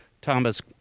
Thomas